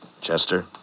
Chester